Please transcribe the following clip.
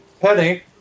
Penny